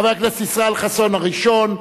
חבר הכנסת ישראל חסון הראשון.